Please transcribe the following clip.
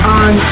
on